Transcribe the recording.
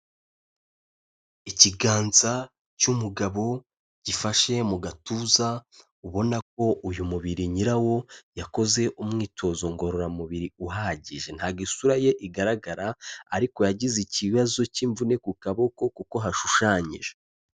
Ikiganza cy'umugabo gifashe mu gatuza ubona ko uyu mubiri nyirawo yakoze umwitozo ngororamubiri uhagije, ntago isura ye igaragara ariko yagize ikibazo cy'imvune ku kaboko kuko hashushanyije.